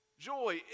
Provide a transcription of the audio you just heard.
Joy